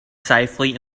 safely